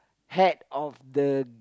hat of the